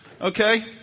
Okay